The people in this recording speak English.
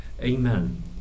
Amen